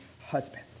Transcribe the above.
husband